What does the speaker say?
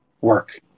work